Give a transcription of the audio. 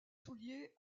souliers